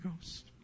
Ghost